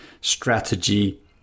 strategy